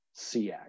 CX